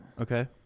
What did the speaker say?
Okay